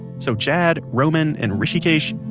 so, jad, roman, and hrishikesh,